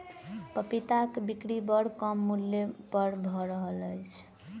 पपीताक बिक्री बड़ कम मूल्य पर भ रहल अछि